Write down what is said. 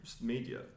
media